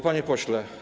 Panie Pośle!